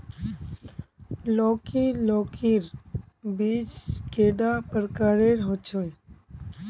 लौकी लौकीर बीज कैडा प्रकारेर होचे?